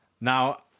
Now